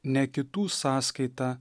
ne kitų sąskaita